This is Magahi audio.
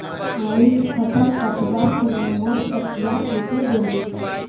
आइज फसल कटवार खूना मोर कचिया टूटे गेले